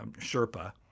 Sherpa